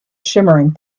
shimmering